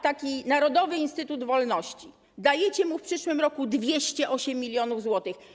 Taki Narodowy Instytut Wolności, dajecie mu w przyszłym roku 208 mln zł.